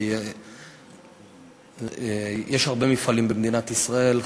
כי יש הרבה מפעלים במדינת ישראל,